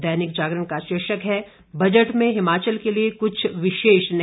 दैनिक जागरण का शीर्षक है बजट में हिमाचल के लिए कृछ विशेष नहीं